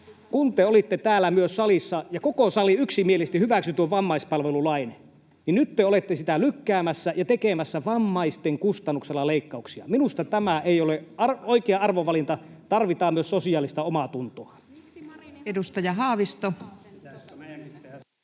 Kun te olitte myös täällä salissa ja koko sali yksimielisesti hyväksyi tuon vammaispalvelulain, niin nyt te olette sitä lykkäämässä ja tekemässä vammaisten kustannuksella leikkauksia. Minusta tämä ei ole oikea arvovalinta. Tarvitaan myös sosiaalista omaatuntoa.